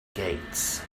gates